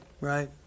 right